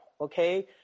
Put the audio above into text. okay